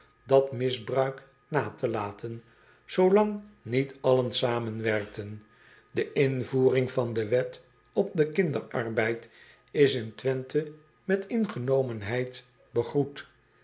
dat misbruik na te laten zoolang niet allen zamenwerkten de invoering van de wet op den kinderarbeid is in wenthe met ingenomenheid begroet